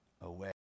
Away